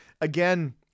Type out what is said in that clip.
again